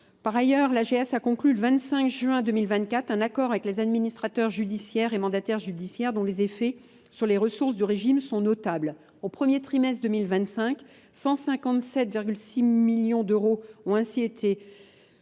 Par ailleurs, la GS a conclu le 25 juin 2024 un accord avec les administrateurs judiciaires et mandataires judiciaires dont les effets sur les ressources du régime sont notables. Au premier trimestre 2025, 157,6 millions d'euros ont ainsi été